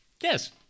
Yes